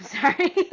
sorry